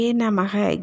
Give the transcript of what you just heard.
Namaha